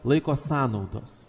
laiko sąnaudos